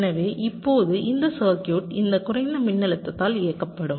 எனவே இப்போது இந்த சர்க்யூட் இந்த குறைந்த மின்னழுத்தத்தால் இயக்கப்படும்